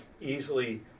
easily